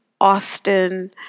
Austin